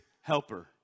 helper